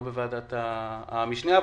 לא בוועדת המשנה.